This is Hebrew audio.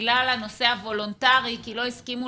ובגלל הנושא הוולונטרי כי לא הסכימו